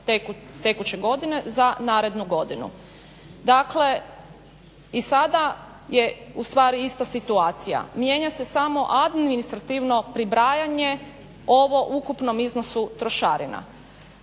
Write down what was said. tekuće godine za narednu godinu. Dakle, i sada je ustvari ista situacija. Mijenja se samo administrativno pribrajanje ovo ukupnom iznosu trošarina.